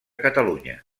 catalunya